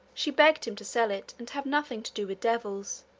she begged him to sell it, and have nothing to do with devils.